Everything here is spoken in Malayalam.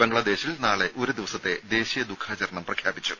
ബംഗ്ലാദേശിൽ നാളെ ഒരു ദിവസത്തെ ദേശീയ ദുഃഖാചരണം പ്രഖ്യാപിച്ചു